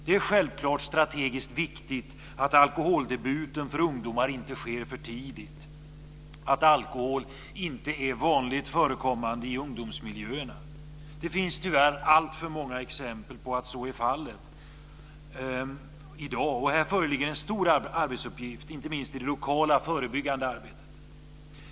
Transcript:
Det är självklart strategiskt viktigt att ungdomars alkoholdebut inte sker för tidigt och att alkohol inte är vanligt förekommande i ungdomsmiljöerna. Det finns tyvärr alltför många exempel på att så är fallet i dag. Här föreligger en stor arbetsuppgift, inte minst i det lokala förebyggande arbetet.